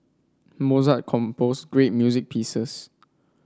Mozart composed great music pieces